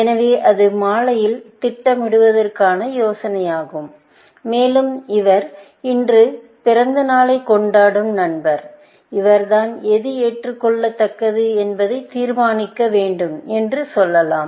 எனவே அதுவே மாலையில் திட்டமிடுவதற்கான யோசனையாகும் மேலும் இவர் இன்று பிறந்தநாளை கொண்டாடும் நண்பர் இவர்தான் எது ஏற்றுக்கொள்ளத்தக்கது என்பதை தீர்மானிக்க வேண்டும் என்று சொல்லலாம்